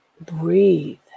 breathe